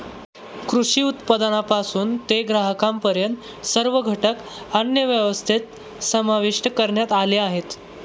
कृषी उत्पादनापासून ते ग्राहकांपर्यंत सर्व घटक अन्नव्यवस्थेत समाविष्ट करण्यात आले आहेत